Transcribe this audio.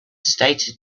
stated